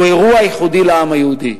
הוא אירוע ייחודי לעם היהודי.